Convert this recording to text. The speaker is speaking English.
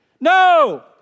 no